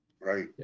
right